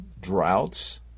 droughts